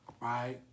right